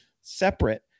separate